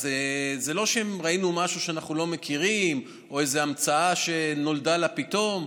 אז זה לא שראינו משהו שאנחנו לא מכירים או איזו המצאה שנולדה לה פתאום.